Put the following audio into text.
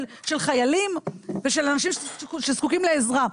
של חיילים ושל אנשים שזקוקים לעזרה.